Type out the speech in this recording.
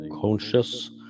conscious